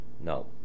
No